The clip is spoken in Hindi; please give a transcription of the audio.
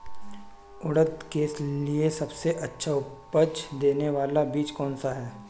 उड़द के लिए सबसे अच्छा उपज देने वाला बीज कौनसा है?